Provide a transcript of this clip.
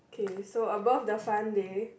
okay so above the fun day